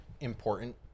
important